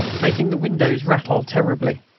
making the windows rattle terribly.